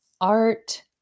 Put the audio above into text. art